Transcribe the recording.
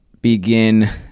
begin